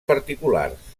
particulars